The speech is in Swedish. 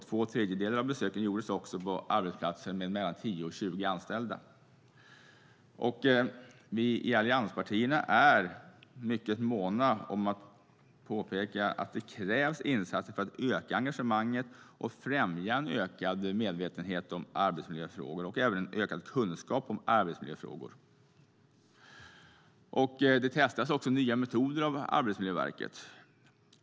Två tredjedelar av besöken gjordes på arbetsplatser med 10-20 anställda. Vi i allianspartierna är mycket måna om att påpeka att det krävs insatser för att öka engagemanget och främja både en ökad medvetenhet och en ökad kunskap om arbetsmiljöfrågor. Arbetsmiljöverket testar nya metoder.